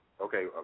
okay